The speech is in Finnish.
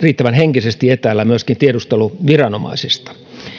henkisesti riittävän etäällä tiedusteluviranomaisista